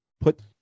put